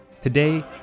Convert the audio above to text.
today